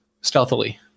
stealthily